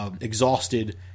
exhausted